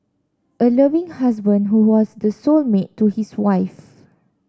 a loving husband who was the soul mate to his wife